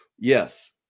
Yes